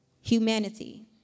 humanity